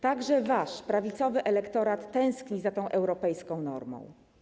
Także wasz prawicowy elektorat tęskni za tą europejską normą.